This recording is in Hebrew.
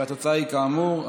כאמור,